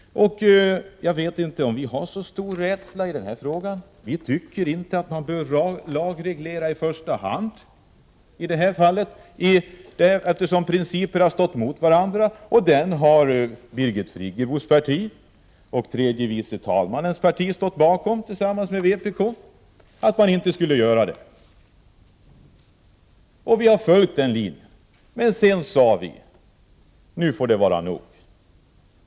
Jag vet inte om vi har så stor rädsla i den här frågan. Vi tycker inte att man bör lagreglera i första hand, eftersom principer har stått emot varandra. Birgit Friggebos parti och tredje vice talmannens parti har stått bakom principer som också vpk har stått bakom — att man inte skall lagstifta. Vi har följt den linjen. Men sedan sade vi: Nu får det vara nog.